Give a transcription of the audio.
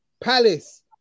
Palace